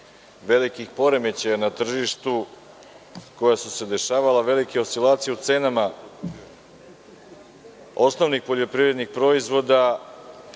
velikim poremećajima na tržištu koja su se dešavala, velikim oscilacijama u cenama osnovnih poljoprivrednih proizvoda,